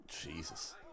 Jesus